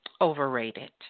overrated